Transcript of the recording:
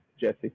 Jesse